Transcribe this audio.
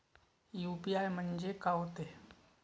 UPI म्हणजे का होते?